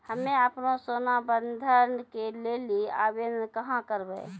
हम्मे आपनौ सोना बंधन के लेली आवेदन कहाँ करवै?